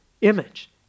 image